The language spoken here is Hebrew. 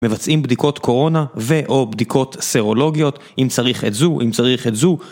מבצעים בדיקות קורונה, ו/או בדיקות סרולוגיות, אם צריך את זו, אם צריך את זו.